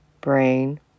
brain